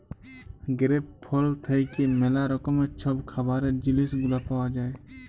grape ফল থ্যাইকে ম্যালা রকমের ছব খাবারের জিলিস গুলা পাউয়া যায়